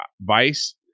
Vice